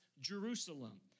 jerusalem